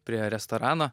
prie restorano